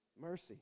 Mercy